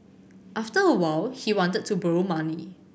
after a while he wanted to borrow money